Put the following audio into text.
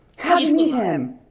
how'd you meet him?